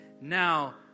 now